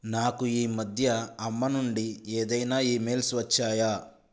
నాకు ఈ మధ్య అమ్మ నుండి ఏదైనా ఈ మెయిల్స్ వచ్చాయా